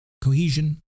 cohesion